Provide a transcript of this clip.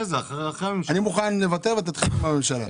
אני מוכן לוותר, תתחיל עם הממשלה.